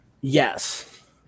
yes